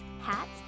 hats